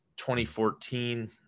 2014